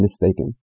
mistaken